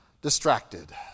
Distracted